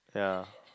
yeah